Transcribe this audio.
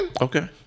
okay